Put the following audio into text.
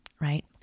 right